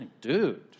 Dude